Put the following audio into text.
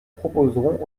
proposerons